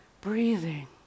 Breathing